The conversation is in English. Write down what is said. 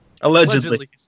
Allegedly